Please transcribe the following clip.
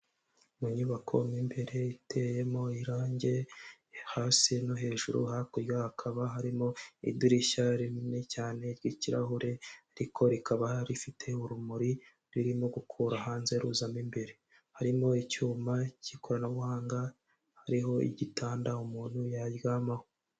Mu nyubako mu imbere iteyemo irangi hasi no hejuru hakurya hakaba harimo idirishya rinini cyane n'ikirahure ariko rikaba hari rifite urumuri ririmo gukura hanze ruzamo imbere, harimo icyuma cy'ikoranabuhanga hariho igitanda umuntu yaryamaho.